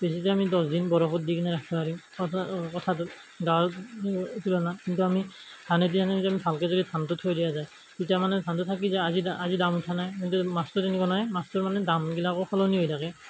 বেছিকৈ আমি দহ দিন বৰফত দি কিনে ৰাখিব পাৰিম গাঁৱত কিন্তু আমি ধানেদি যদি একদম ভালকৈ যদি ধানটো থৈ দিয়া যায় তেতিয়া মানে ধানটো থাকি যায় আজি দাম আজি দাম উঠা নাই কিন্তু মাছটো তেনেকুৱা নাই মাছটোৰ মানে দামবিলাকো সলনি হৈ থাকে